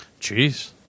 Jeez